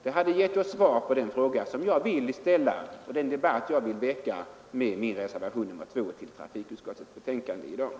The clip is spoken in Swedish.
Det skulle ge oss svar på den fråga som jag ställt och en grund för den debatt som jag vill väcka med min reservation nr 2 till trafikutskottets betänkande nr 23.